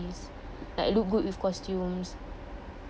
like look good with costumes